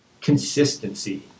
consistency